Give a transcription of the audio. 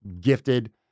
gifted